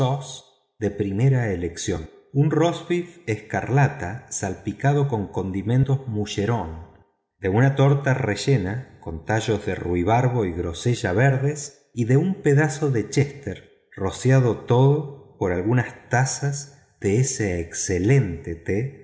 de primera elección un rosbifescarlata de una torta rellena con tallos de ruibarbo y grosellas verdes y de un pedazo de chéster rociado todo por algunas tazas de ese excelente té